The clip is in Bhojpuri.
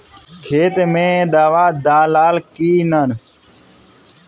खेत मे दावा दालाल कि न?